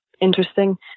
interesting